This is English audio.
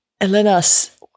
Elena's